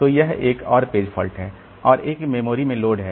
तो यह एक और पेज फॉल्ट है और 1 मेमोरी में लोड है